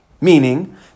Meaning